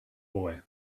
boy